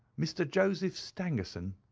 mr. joseph stangerson,